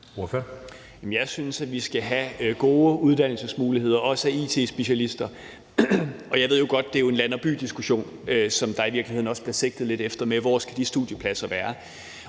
jeg synes, at vi skal have gode uddannelsesmuligheder, også i forhold til it-specialister. Jeg ved jo godt, at det er en land og by-diskussion, som der i virkeligheden også bliver sigtet lidt til, altså hvor de studiepladser skal